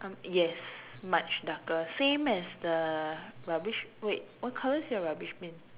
yes much darker same as the rubbish wait what colour's your rubbish bin